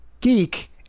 geek